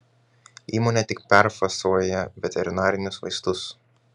įmonė tik perfasuoja veterinarinius vaistus